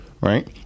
right